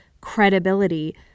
credibility